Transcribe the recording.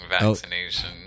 vaccination